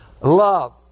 Love